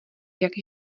jak